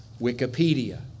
Wikipedia